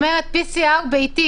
כלומר בדיקת PCRביתית,